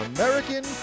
American